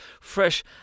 fresh